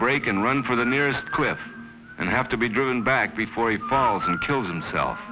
break and run for the nearest cliff and have to be driven back before a fall who killed himself